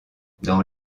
dans